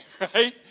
right